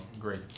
great